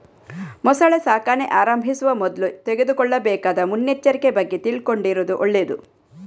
ಮೊಸಳೆ ಸಾಕಣೆ ಆರಂಭಿಸುವ ಮೊದ್ಲು ತೆಗೆದುಕೊಳ್ಳಬೇಕಾದ ಮುನ್ನೆಚ್ಚರಿಕೆ ಬಗ್ಗೆ ತಿಳ್ಕೊಂಡಿರುದು ಒಳ್ಳೇದು